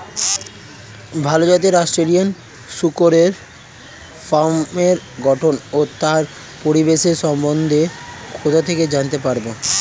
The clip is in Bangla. ভাল জাতের অস্ট্রেলিয়ান শূকরের ফার্মের গঠন ও তার পরিবেশের সম্বন্ধে কোথা থেকে জানতে পারবো?